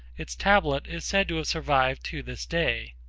its tablet is said to have survived to this day.